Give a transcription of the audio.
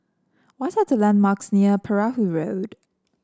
what are the landmarks near Perahu Road